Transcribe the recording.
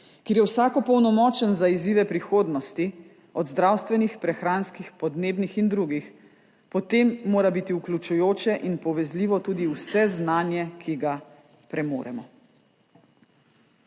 kjer je vsak opolnomočen za izzive prihodnosti, od zdravstvenih, prehranskih, podnebnih in drugih, potem mora biti vključujoče in povezljivo tudi vse znanje, ki ga premoremo.